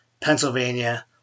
Pennsylvania